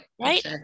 Right